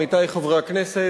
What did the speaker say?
עמיתי חברי הכנסת,